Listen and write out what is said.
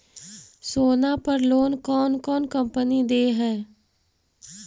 सोना पर लोन कौन कौन कंपनी दे है?